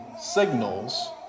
signals